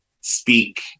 speak